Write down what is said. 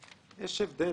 יש הבדל.